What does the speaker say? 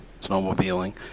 snowmobiling